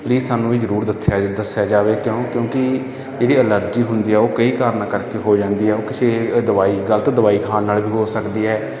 please ਸਾਨੂੰ ਇਹ ਜ਼ਰੂਰ ਦੱਸਿਆ ਦੱਸਿਆ ਜਾਵੇ ਕਿਉਂ ਕਿਉਂਕਿ ਜਿਹੜੀ ਐਲਰਜੀ ਹੁੰਦੀ ਆ ਉਹ ਕਈ ਕਾਰਨਾਂ ਕਰਕੇ ਹੋ ਜਾਂਦੀ ਆ ਉਹ ਕਿਸੇ ਦਵਾਈ ਗਲਤ ਦਵਾਈ ਖਾਣ ਨਾਲ ਵੀ ਹੋ ਸਕਦੀ ਹੈ